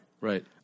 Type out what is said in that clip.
Right